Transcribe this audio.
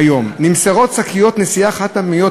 כיום נמסרות שקיות נשיאה חד-פעמיות